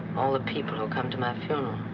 all the people who'll come to my